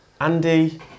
Andy